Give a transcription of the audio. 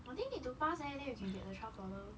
I think need to pass eh then you can get the twelve dollar